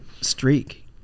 streak